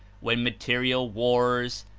when material wars,